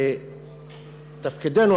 ותפקידנו,